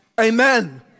Amen